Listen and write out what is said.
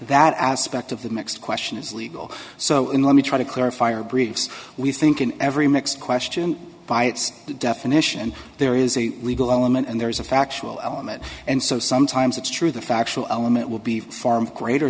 that aspect of the next question is legal so in let me try to clarify or briefs we think in every mix question by its definition there is a legal element and there is a factual element and so sometimes it's true the factual element will be far greater